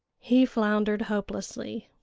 he floundered hopelessly.